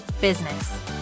business